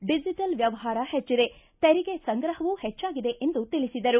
digital ವ್ಯವಹಾರ ಹೆಚ್ಚಿದೆ ತೆರಿಗೆ ಸಂಗ್ರಹವೂ ಹೆಚ್ಚಾಗಿದೆ ಎಂದು ತಿಳಿಸಿದರು